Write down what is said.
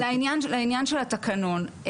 לעניין של התקנון,